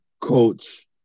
coach